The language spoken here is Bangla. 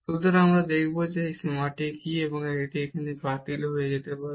সুতরাং আমরা দেখব যে এখানে এই সীমাটি কী এবং এটি বাতিল হয়ে যেতে পারে